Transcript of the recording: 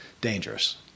dangerous